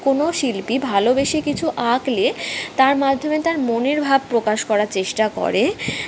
কোনো শিল্পী ভালবেসে কিছু আঁকলে তার মাধ্যমে তার মনের ভাব প্রকাশ করার চেষ্টা করে